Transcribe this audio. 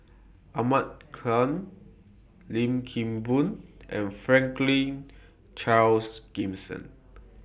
Ahmad Khan Lim Kim Boon and Franklin Charles Gimson